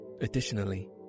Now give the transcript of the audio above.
Additionally